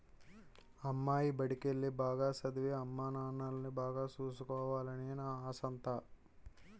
అమ్మాయి బడికెల్లి, బాగా సదవి, అమ్మానాన్నల్ని బాగా సూసుకోవాలనే నా ఆశంతా